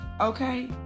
okay